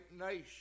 nation